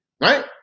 right